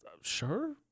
Sure